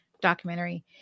documentary